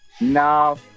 No